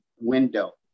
window